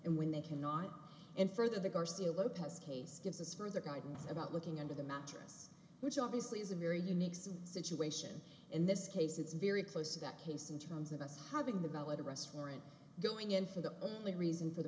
and when they cannot and further the garcia lopez case gives us further guidance about looking under the mattress which obviously is a very unique suit situation in this case it's very close to that case in terms of us having the go at arrest warrant going in for the only reason for the